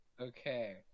Okay